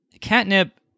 catnip